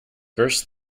burst